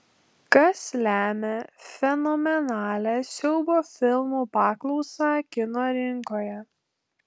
kas lemia fenomenalią siaubo filmų paklausą kino rinkoje